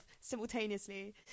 simultaneously